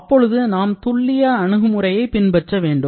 அப்பொழுது நாம் துல்லிய அணுகுமுறையை பின்பற்ற வேண்டும்